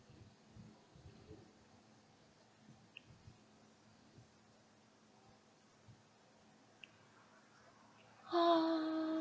ha